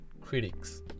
critics